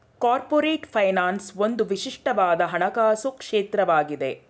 corporate finance ಒಂದು ವಿಶಿಷ್ಟವಾದ ಹಣಕಾಸು ಕ್ಷೇತ್ರವಾಗಿದೆ